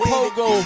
Pogo